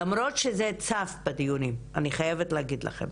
למרות שזה צף בדיונים, אני חייבת להגיד לכם.